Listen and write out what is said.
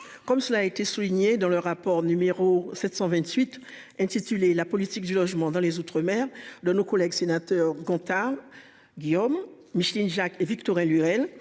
comme cela a été souligné dans le rapport numéro 728 intitulé la politique du logement dans les outre-mer de nos collègues sénateurs quant à Guillaume Micheline Jacques et Victorin Lurel